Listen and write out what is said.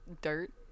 dirt